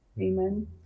Amen